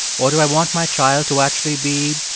or do i want my child to actually be,